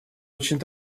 очень